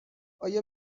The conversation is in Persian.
آیا